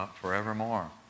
forevermore